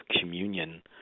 communion